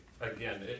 Again